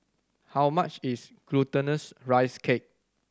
how much is Glutinous Rice Cake